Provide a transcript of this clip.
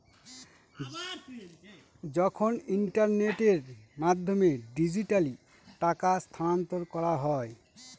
যখন ইন্টারনেটের মাধ্যমে ডিজিট্যালি টাকা স্থানান্তর করা হয়